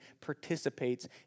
participates